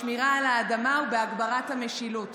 בשמירה על האדמה ובהגברת המשילות.